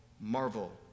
marvel